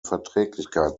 verträglichkeit